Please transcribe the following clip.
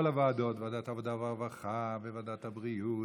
כל הוועדות, ועדת העבודה והרווחה, וועדת הבריאות.